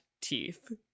teeth